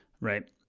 Right